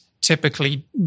typically